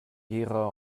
gera